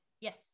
Yes